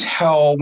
tell